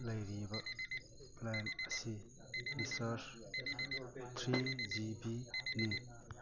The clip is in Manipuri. ꯂꯩꯔꯤꯕ ꯄ꯭ꯂꯥꯟ ꯑꯁꯤ ꯔꯤꯆꯥꯔꯖ ꯊ꯭ꯔꯤ ꯖꯤ ꯕꯤꯅꯤ